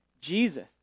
Jesus